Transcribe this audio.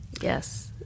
Yes